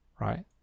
right